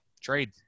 Trade